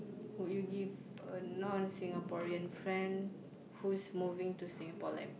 would you give a non Singaporean friend whose moving to Singapore life